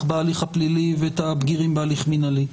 בהליך הפלילי ואת הבגירים בהליך המינהלי.